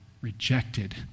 rejected